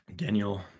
Daniel